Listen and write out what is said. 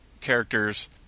characters